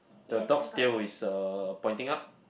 the dog's tail is uh pointing up